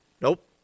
nope